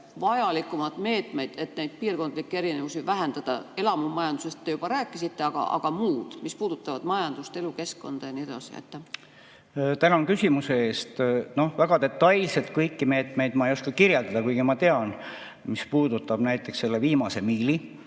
vajalikumad meetmed, et neid piirkondlikke erinevusi vähendada? Elamumajandusest te juba rääkisite, aga muud, mis puudutavad majandust, elukeskkonda jne. Tänan küsimuse eest! Väga detailselt kõiki meetmeid ma ei oska kirjeldada, kuigi ma tean, mis puudutab näiteks selle viimase miili